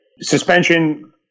suspension